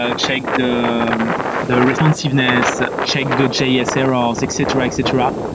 ah check the um the responsiveness, check the js errors, etc, etc,